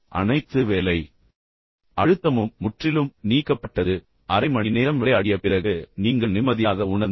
அனைத்து வேலை அழுத்தமும் முற்றிலும் நீக்கப்பட்டது அரை மணி நேரம் விளையாடிய பிறகு நீங்கள் நிம்மதியாக உணர்ந்தீர்கள்